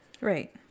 Right